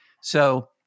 So-